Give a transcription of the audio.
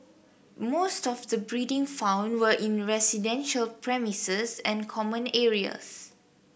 most of the breeding found were in residential premises and common areas